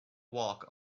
walk